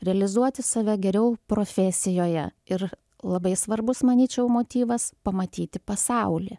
realizuoti save geriau profesijoje ir labai svarbus manyčiau motyvas pamatyti pasaulį